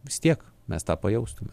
vis tiek mes tą pajaustume